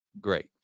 great